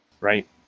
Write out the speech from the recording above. right